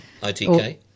ITK